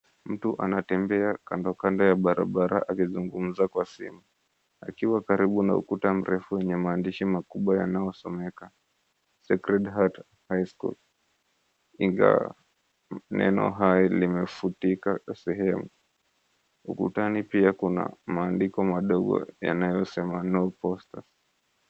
Mtu anatembea kando kando ya barabara akizungumza kwa simu akiwa karibu na ukutaa mrefu wenye maandishi yanayosomeka Sacred Heart High School. Ingawa neno haya limefutika sehemu. Ukutani pia kuna maandiko madogo yanayosema, No Posters.